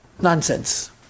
nonsense